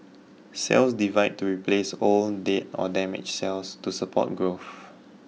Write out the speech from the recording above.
cells divide to replace old dead or damaged cells to support growth